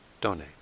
donate